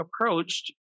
approached